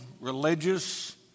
religious